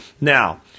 Now